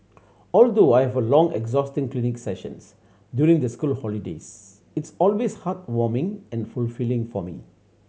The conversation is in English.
although I have long exhausting clinic sessions during the school holidays it's always heartwarming and fulfilling for me